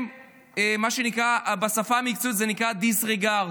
הם מה שנקרא, בשפה המקצועית זה נקרא דיסרגרד.